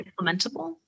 implementable